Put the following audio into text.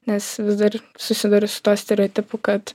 nes vis dar susiduriu su tuo stereotipu kad